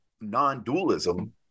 non-dualism